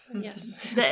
Yes